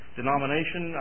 denomination